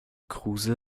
kruse